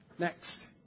Next